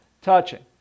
touching